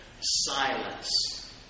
silence